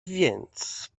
więc